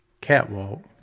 Catwalk